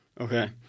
Okay